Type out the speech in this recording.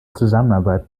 zusammenarbeit